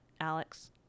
alex